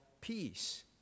peace